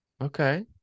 Okay